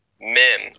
Mim